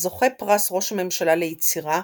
זוכה פרס ראש הממשלה ליצירה,